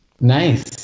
Nice